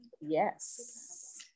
yes